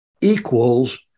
equals